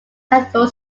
cathedral